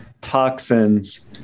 toxins